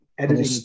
editing